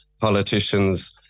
politicians